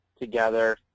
together